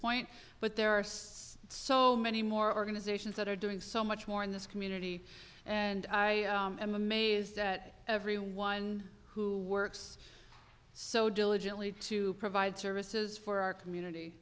point but there are so many more organizations that are doing so much more in this community and i am amazed that everyone who works so diligently to provide services for our